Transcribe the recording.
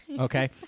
okay